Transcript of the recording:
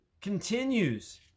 continues